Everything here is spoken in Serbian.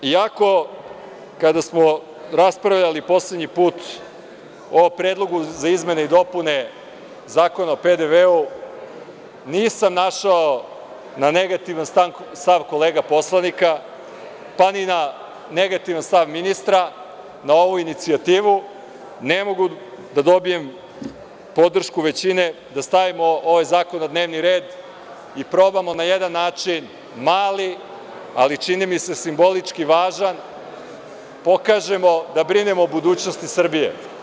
Iako, kada smo raspravljali poslednji put o predlogu za izmene i dopune Zakona o PDV-u, nisam naišao na negativan stav kolega poslanika, pa ni na negativan stav ministra na ovu inicijativu, ne mogu da dobijem podršku većine da stavimo ovaj zakon na dnevni red, i probamo da na jedan način, mali, ali čini mi se, simbolički važan, pokažemo da brinemo o budućnosti Srbije.